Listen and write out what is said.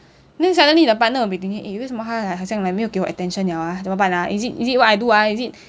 then suddenly the partner will be thinking eh 为什么他 like 没有给我 attention liao ah 怎么办 ah is it is it what I do ah is it